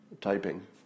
typing